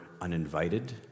uninvited